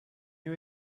you